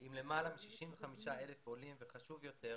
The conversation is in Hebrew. עם למעלה מ-65,000 עולים וחשוב יותר,